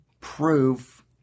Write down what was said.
proof